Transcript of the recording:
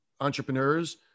entrepreneurs